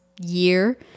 year